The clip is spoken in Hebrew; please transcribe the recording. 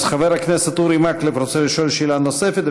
אז חבר הכנסת אורי מקלב רוצה לשאול שאלה נוספת,